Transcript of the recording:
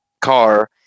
car